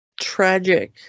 Tragic